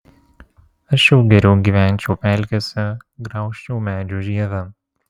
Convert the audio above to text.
aš jau geriau gyvenčiau pelkėse graužčiau medžių žievę